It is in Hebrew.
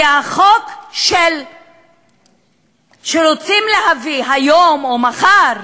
כי החוק שרוצים להביא היום או מחר,